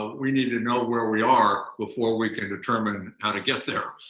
we needed to know where we are before we can determine how to get there.